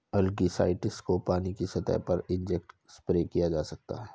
algicides को पानी की सतह पर इंजेक्ट या स्प्रे किया जा सकता है